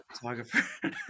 photographer